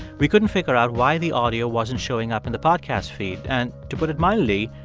we couldn't figure out why the audio wasn't showing up in the podcast feed, and, to put it mildly,